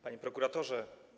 Panie Prokuratorze!